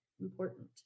important